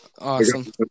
Awesome